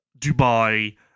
Dubai